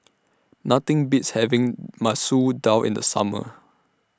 Nothing Beats having Masoor Dal in The Summer